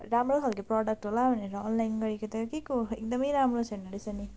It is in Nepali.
राम्रो खाले प्रडक्ट होला भनेर अनलाइन गरेको त के को एकदम राम्रो छैन रहेछ नि